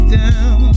down